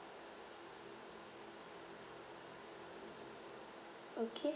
okay